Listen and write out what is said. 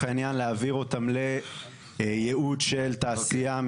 העניין להעביר אותם לייעוד של תעשייה,